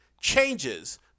changes